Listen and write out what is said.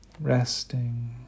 Resting